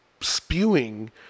spewing